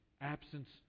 absence